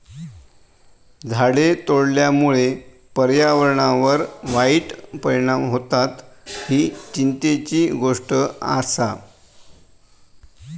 झाडे तोडल्यामुळे पर्यावरणावर वाईट परिणाम होतत, ही चिंतेची गोष्ट आसा